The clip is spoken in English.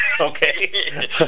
Okay